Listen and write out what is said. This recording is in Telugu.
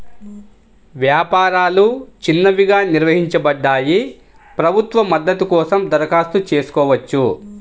వ్యాపారాలు చిన్నవిగా నిర్వచించబడ్డాయి, ప్రభుత్వ మద్దతు కోసం దరఖాస్తు చేసుకోవచ్చు